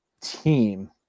team